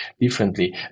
differently